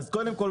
קודם כל,